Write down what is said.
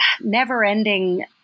never-ending